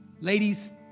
Ladies